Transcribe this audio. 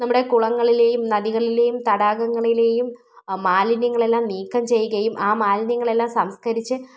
നമ്മുടെ കുളങ്ങളിലെയും നദികളിലെയും തടാകങ്ങളിലെയും മാലിന്യങ്ങളെല്ലാം നീക്കം ചെയ്യുകയും ആ മാലിന്യങ്ങളെല്ലാം സംസ്കരിച്ച്